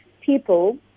people